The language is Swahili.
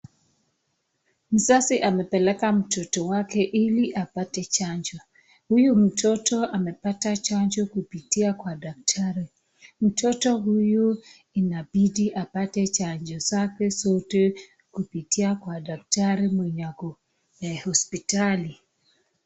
Mzazi amepeleka mtoto wake ili apate chanjo, huyu mtoto amepata chanjo kupitia kwa daktari. Mtoto huyu inabidi apate chanjo zake zote kupitia kwa daktari mwenye ako hosiptali.